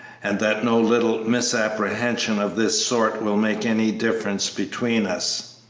and that no little misapprehension of this sort will make any difference between us.